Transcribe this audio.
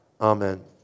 Amen